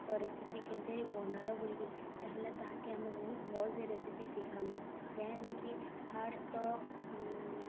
ତ ରେସିପି କେନ୍ତି କରି ବନାଲ ବୋଲିକି ତାହେଲେ ତାହାକେ ଆମେ ବହୁତ୍ ଭଲ୍ସେ ରେସିପି ଶିଖାମି କେଁ ଯେ କି ଫାଷ୍ଟ୍ ତ